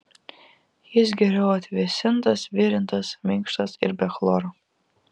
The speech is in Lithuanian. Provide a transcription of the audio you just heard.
jis geriau atvėsintas virintas minkštas ir be chloro